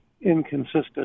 inconsistent